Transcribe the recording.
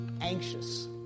anxious